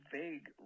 vague